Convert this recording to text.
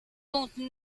comptent